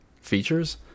features